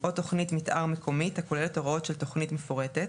או תכנית מתאר מקומית הכוללת הוראות של תכנית מפורטת,